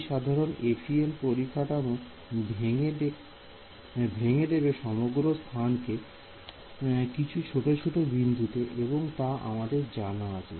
এই সাধারণ FEM পরিকাঠামো ভেঙে দেবে সমগ্র স্থান কে কিছু ছোট বিন্দুতে এবং তা আমাদের জানা আছে